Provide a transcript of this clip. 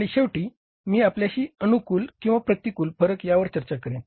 आणि शेवटी मी आपल्याशी अनुकूल फरक यावर चर्चा करेन